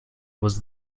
was